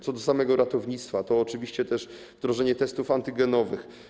Co do samego ratownictwa, to oczywiście też chodzi tu o wdrożenie testów antygenowych.